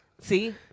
See